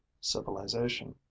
civilization